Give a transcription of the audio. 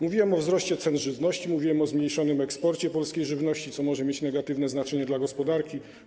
Mówiłem o wzroście cen żywności, o zmniejszonym eksporcie polskiej żywności, co może mieć negatywne skutki dla gospodarki.